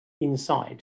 inside